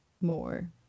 more